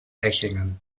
hechingen